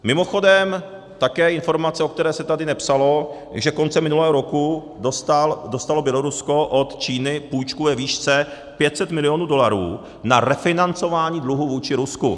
Mimochodem také informace, o které se tady nepsalo, že koncem minulého roku dostalo Bělorusko od Číny půjčku ve výši 500 milionů dolarů na refinancování dluhu vůči Rusku.